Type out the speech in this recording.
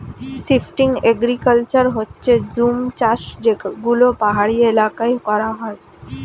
shifting agriculture হচ্ছে জুম চাষ যেগুলো পাহাড়ি এলাকায় করা হয়